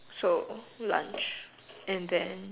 so lunch and then